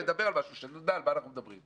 מדברים על משהו נדע על מה אנחנו מדברים.